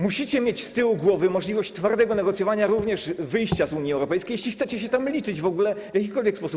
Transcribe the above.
Musicie mieć z tyłu głowy możliwość twardego negocjowania również wyjścia z Unii Europejskiej, jeśli chcecie się tam liczyć w ogóle w jakikolwiek sposób.